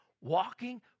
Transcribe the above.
walking